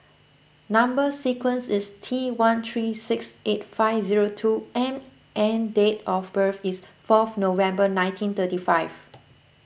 Number Sequence is T one three six eight five zero two M and date of birth is fourth November nineteen thirty five